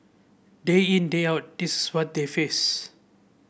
day in day out this is what they face